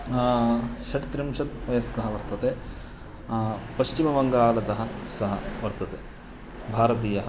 षट्त्रिंशत् वयस्कः वर्तते पश्चिमबङ्गालतः सः वर्तते भारतीयः